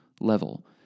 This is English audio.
level